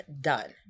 done